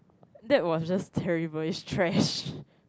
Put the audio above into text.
that was just terrible it's trash